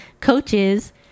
coaches